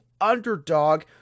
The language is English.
underdog